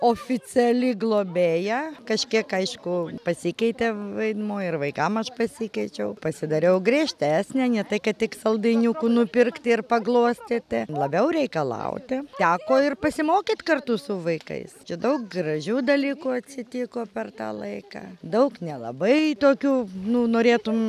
oficiali globėja kažkiek aišku pasikeitė vaidmuo ir vaikam aš pasikeičiau pasidariau griežtesnė ne tai kad tik saldainiukų nupirkti ir paglostyti labiau reikalauti teko ir pasimokyt kartu su vaikais čia daug gražių dalykų atsitiko per tą laiką daug nelabai tokių nu norėtum